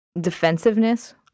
defensiveness